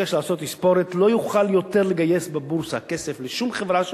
ומבקש לעשות תספורת לא יוכל יותר לגייס בבורסה כסף לשום חברה שלו,